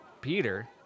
Peter